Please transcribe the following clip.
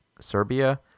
Serbia